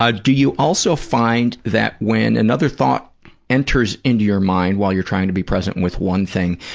ah do you also find that when another thought enters into your mind while you're trying to be present with one thing,